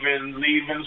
leaving